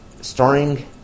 starring